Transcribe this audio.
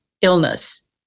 illness